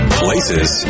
places